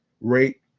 rate